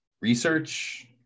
research